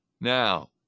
Now